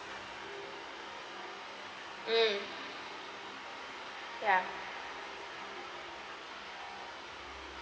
mm ya